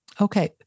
Okay